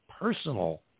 personal